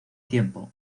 tiempo